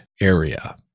area